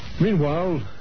Meanwhile